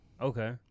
Okay